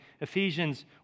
Ephesians